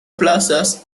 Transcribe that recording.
plazas